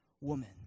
woman